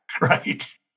Right